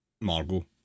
Margot